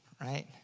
right